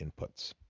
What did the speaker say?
inputs